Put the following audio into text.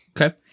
Okay